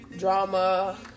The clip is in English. drama